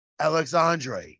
Alexandre